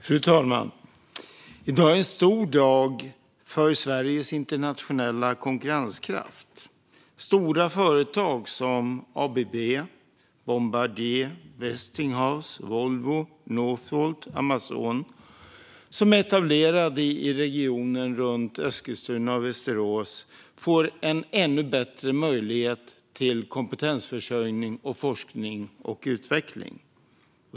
Fru talman! I dag är det en stor dag för Sveriges internationella konkurrenskraft. Stora företag som ABB, Bombardier, Westinghouse, Volvo, Northvolt och Amazon, som är etablerade i regionen runt Eskilstuna och Västerås, får en ännu bättre möjlighet till kompetensförsörjning, forskning och utveckling.